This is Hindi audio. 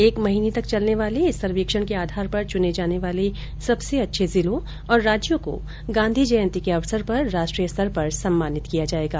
एक महीने तक चलने वाले इस सर्वेक्षण के आधार पर चने जाने वाले सबसे अच्छे जिलों और राज्यों को गांधी जयंती के अवसर पर राष्ट्रीय स्तर पर सम्मानित किया जायेगा